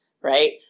right